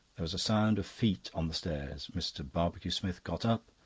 there was the sound of feet on the stairs. mr. barbecue-smith got up,